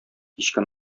кичке